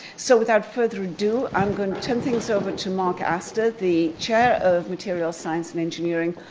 so without further ado, um going to turn things over to mark asta, the chair of material science and engineering,